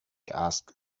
asked